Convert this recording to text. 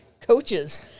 coaches